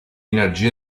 energie